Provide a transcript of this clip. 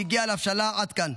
שהגיעה להבשלה עד כאן.